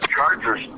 Chargers